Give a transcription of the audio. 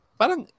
parang